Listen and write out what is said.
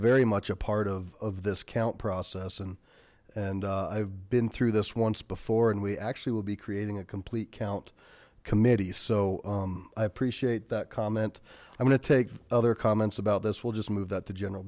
very much a part of this count process and and i've been through this once before and we actually will be creating a complete count committee so i appreciate that comment i'm going to take other comments about this we'll just move that to general